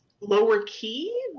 lower-key